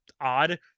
odd